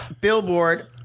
Billboard